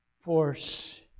force